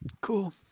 Cool